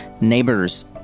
neighbors